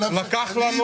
לקח לנו